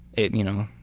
it, you know,